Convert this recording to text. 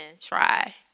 try